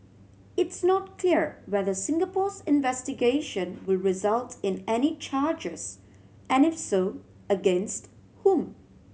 it's not clear whether Singapore's investigation will result in any charges and if so against whom